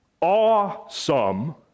awesome